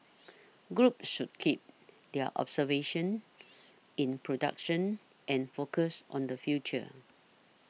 groups should keep their observances in production and focused on the future